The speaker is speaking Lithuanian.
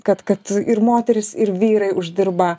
kad kad ir moterys ir vyrai uždirba